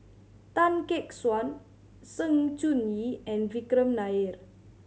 Tan Gek Suan Sng Choon Yee and Vikram Nair